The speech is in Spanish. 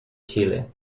chile